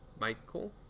Michael